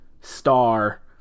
star